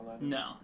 No